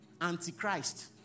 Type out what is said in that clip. antichrist